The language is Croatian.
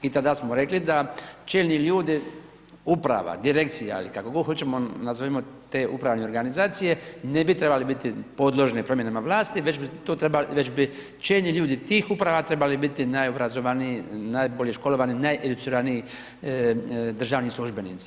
I tada smo rekli da čelni ljudi, uprava, direkcija ili kako god hoćemo, nazovimo te upravne organizacije, ne bi trebali biti podložni promjenama vlasti, već bi čelni ljudi tih uprava trebali biti najobrazovaniji, najbolje školovani, najeduciraniji državni službenici.